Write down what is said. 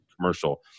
commercial